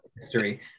history